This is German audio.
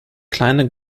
kleine